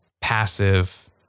passive